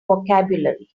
vocabulary